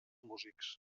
músics